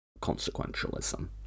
consequentialism